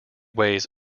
weighs